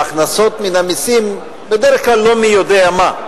ההכנסות מן המסים בדרך כלל לא מי יודע מה.